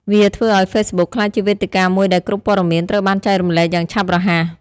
វាធ្វើឱ្យហ្វេសប៊ុកក្លាយជាវេទិកាមួយដែលគ្រប់ព័ត៌មានត្រូវបានចែករំលែកយ៉ាងឆាប់រហ័ស។